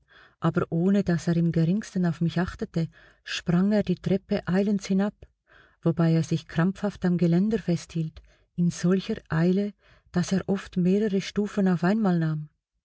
aber ohne daß er im geringsten auf mich achtete sprang er die treppe eilends hinab wobei er sich krampfhaft am geländer festhielt in solcher eile daß er oft mehrere stufen auf einmal nahm